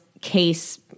case